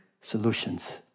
solutions